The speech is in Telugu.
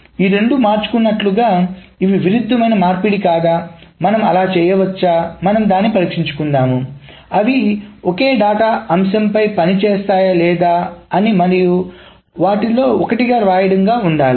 ఈ రెండు మార్చుకున్నట్లుగా ఇవి విరుద్ధమైన మార్పిడి కాదా మనం అలా చేయవచ్చా మనం దానిని పరీక్షించుకుందాం అవి ఒకే డేటా అంశంపై పని చేస్తాయా లేదా అని మరియు వాటిలో ఒకటి వ్రాయడంగా ఉండాలి